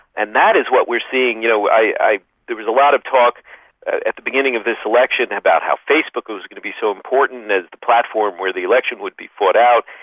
and that is what we are seeing. you know there was a lot of talk at at the beginning of this election about how facebook was going to be so important as the platform where the election would be fought out,